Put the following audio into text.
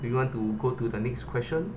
do you want to go to the next question